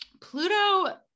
Pluto